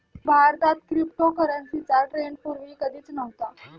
भारतात क्रिप्टोकरन्सीचा ट्रेंड पूर्वी कधीच नव्हता